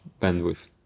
bandwidth